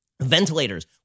ventilators